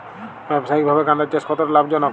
ব্যবসায়িকভাবে গাঁদার চাষ কতটা লাভজনক?